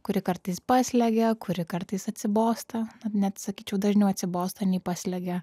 kuri kartais paslegia kuri kartais atsibosta net sakyčiau dažniau atsibosta nei paslegia